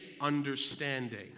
understanding